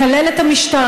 לקלל את המשטרה,